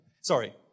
sorry